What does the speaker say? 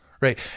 Right